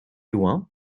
loin